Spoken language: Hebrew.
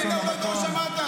בושה.